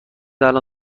الان